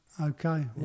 Okay